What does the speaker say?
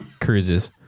Cruises